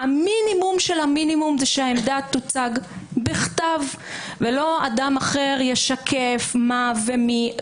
המינימום של המינימום הוא שהעמדה תוצג בכתב ולא אדם אחר ישקף מה ומי.